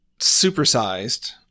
supersized